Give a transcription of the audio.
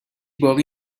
باقی